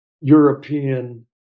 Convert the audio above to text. European